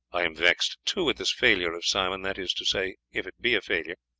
i am vexed, too, at this failure of simon, that is to say, if it be a failure.